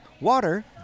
water